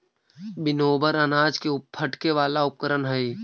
winnower अनाज के फटके वाला उपकरण हई